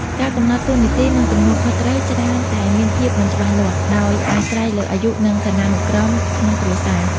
ការកំណត់តួនាទី និងទំនួលខុសត្រូវច្រើនតែមានភាពមិនច្បាស់លាស់ ដោយអាស្រ័យលើអាយុ និងឋានានុក្រមក្នុងគ្រួសារ។